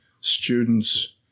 students